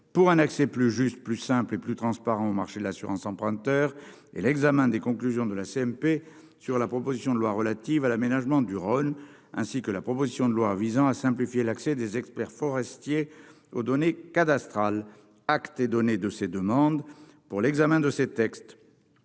pour un accès plus juste, plus simple et plus transparent au marché de l'assurance emprunteur et l'examen des conclusions de la CMP sur la proposition de loi relative à l'aménagement du Rhône ainsi que la proposition de loi visant à simplifier l'accès des experts forestiers aux données cadastrales acte et donner de ces demandes pour l'examen de ces textes